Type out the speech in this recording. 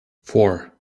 four